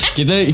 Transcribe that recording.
Kita